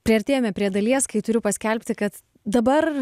priartėjome prie dalies kai turiu paskelbti kad dabar